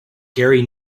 gary